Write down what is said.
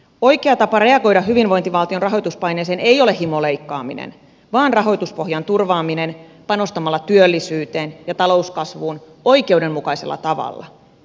oikea tapa reagoida hyvinvointivaltion rahoituspaineeseen ei ole himoleikkaaminen vaan rahoituspohjan turvaaminen panostamalla työllisyyteen ja talouskasvuun oikeudenmukaisella tavalla